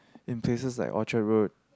in places like Orchard Road